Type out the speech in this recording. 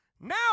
Now